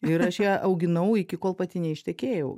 ir aš ją auginau iki kol pati neištekėjau